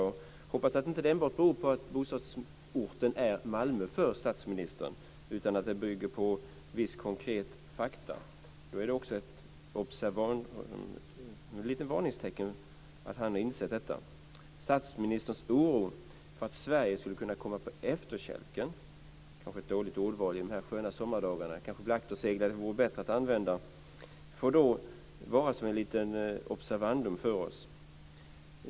Jag hoppas att det inte enbart beror på att statsministerns bostadsort är Malmö, utan att det bygger på vissa konkreta fakta. Det är också ett litet varningstecken att han inser detta. Statsministerns oro för att Sverige skulle kunna komma på efterkälken - kanske ett dåligt ordval i de här sköna sommardagarna, akterseglad vore nog bättre - får vara som ett litet observandum för oss.